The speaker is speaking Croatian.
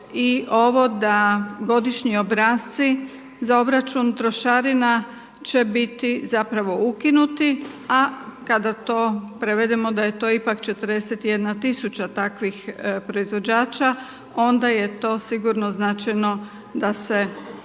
i ovo da godišnji obrasci za obračun trošarina će biti zapravo ukinuti, a kada to prevedemo da je to ipak 41 tisuća takvih proizvođača, onda je to sigurno značajno da se